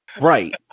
Right